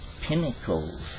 pinnacles